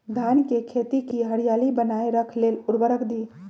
धान के खेती की हरियाली बनाय रख लेल उवर्रक दी?